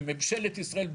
וממשלת ישראל,